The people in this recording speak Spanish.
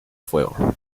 fuego